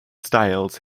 styles